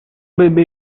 bebê